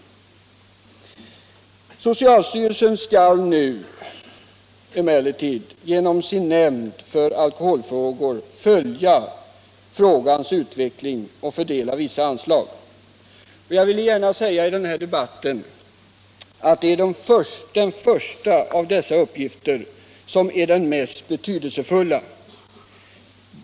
Socialstyrelsen skall nu genom sin nämnd för alkoholfrågor följa frågans utveckling och fördela vissa anslag. Jag vill gärna säga i den här debatten att den första av dessa uppgifter är den mest betydelsefulla.